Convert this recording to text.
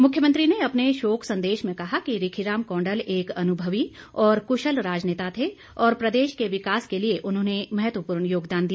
मुख्यमंत्री ने अपने शोक संदेश में कहा कि रिखी राम कौंडल एक अनुभवी और कुशल राजनेता थे और प्रदेश के विकास के लिए उन्होंने महत्वपूर्ण योगदान दिया